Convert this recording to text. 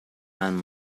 man